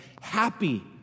Happy